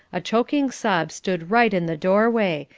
a choking sob stood right in the doorway,